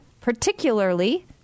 particularly